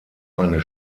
eine